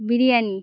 biryani